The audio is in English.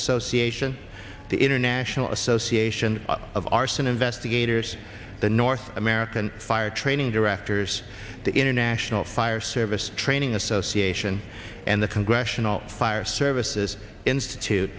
association the international association of arson investigators the north american fire training directors the international fire service training association and the congressional fire services institute